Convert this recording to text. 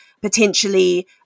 potentially